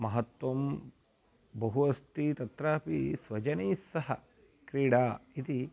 महत्वं बहु अस्ति तत्रापि स्वजनैस्सह क्रीडा इति